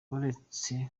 uretse